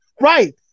Right